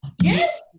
Yes